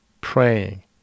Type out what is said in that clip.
praying